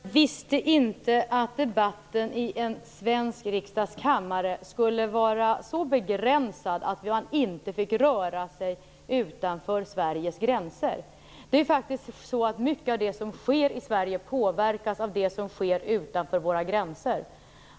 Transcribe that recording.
Herr talman! Jag visste inte att debatten i en svensk riksdags kammare skulle vara så begränsad att den inte fick röra något som händer utanför Sveriges gränser. Mycket av det som sker i Sverige påverkas faktiskt av det som sker utanför våra gränser.